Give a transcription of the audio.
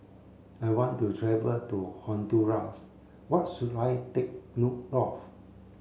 I want to travel to Honduras What should I take note of